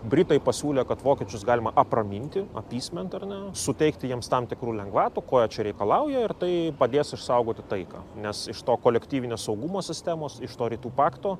britai pasiūlė kad vokiečius galima apraminti apysment ar ne suteikti jiems tam tikrų lengvatų ko jie čia reikalauja ir tai padės išsaugoti taiką nes iš to kolektyvinės saugumo sistemos iš to rytų pakto